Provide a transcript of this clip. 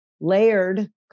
layered